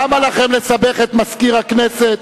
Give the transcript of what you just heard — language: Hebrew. למה לכם לסבך את מזכיר הכנסת,